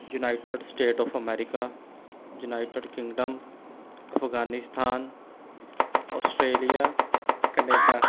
united state of America United Kingdom Afghanistan Australia Canada